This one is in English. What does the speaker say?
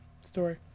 story